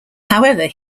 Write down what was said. however